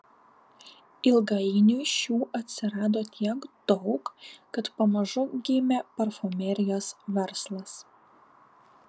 ilgainiui šių atsirado tiek daug kad pamažu gimė parfumerijos verslas